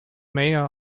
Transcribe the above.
mayor